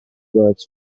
words